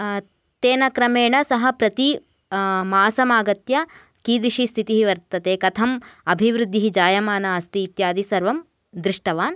तेन क्रमेण सः प्रति मासम् आगत्य कीदृशी स्थितिः वर्तते कथं अभिवृद्धिः जायमानः अस्ति इत्यादि सर्वं दृष्ट्वान्